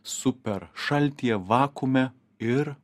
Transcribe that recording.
super šaltyje vakuume ir